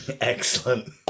Excellent